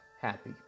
happy